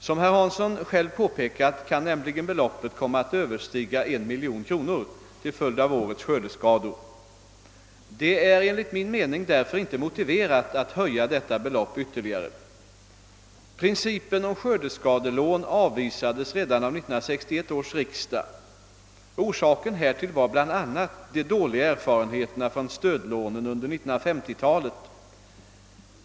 Som herr Hansson själv påpekat kan nämligen beloppet komma att överstiga 1 miljon kronor till följd av årets skördeskador. Det är enligt min mening därför inte motiverat att höja detta belopp ytterligare. Principen om skördeskadelån avvisades redan av 1961 års riksdag. Orsaken härtill var bl.a. de dåliga erfarenheterna från stödlånen under 1950-talet.